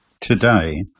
Today